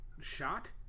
shot